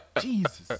jesus